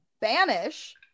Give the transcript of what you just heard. banish